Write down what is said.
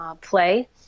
play